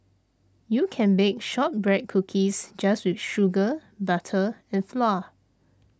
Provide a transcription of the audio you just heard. you can bake Shortbread Cookies just with sugar butter and flour